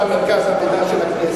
במסמך שעשה מרכז המחקר והמידע של הכנסת,